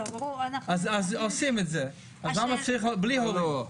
אז עושים את זה, בלי הורים.